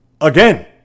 again